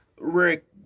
Rick